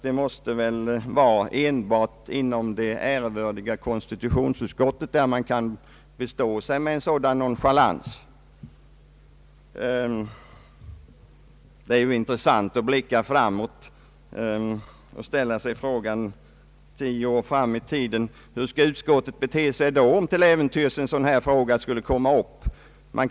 Det måste väl vara enbart inom det ärevördiga konstitutionsutskottet som man kan tillåta sig en sådan nonchalans. Det är intressant att blicka framåt i tiden och ställa frågan hur utskottet skall bete sig om till äventyrs en sådan här sak skulle komma upp efter tio år.